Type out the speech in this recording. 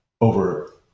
over